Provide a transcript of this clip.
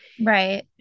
right